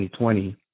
2020